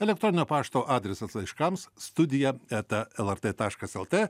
elektroninio pašto adresas laiškams studija eta lrt taškas lt